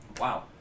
Wow